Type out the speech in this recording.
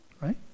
right